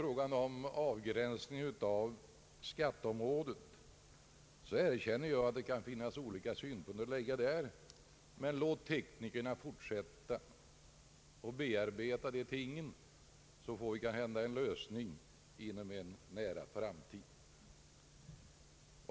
Jag kan erkänna att det finns olika synpunkter att anföra beträffande avgränsningen på skatteområdet. Men låt teknikerna fortsätta att bearbeta dessa ting, så får vi kanske till stånd en lösning inom en nära framtid.